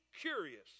curious